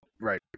right